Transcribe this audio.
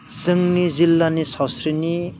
जोंनि जिल्लानि सावस्रिनि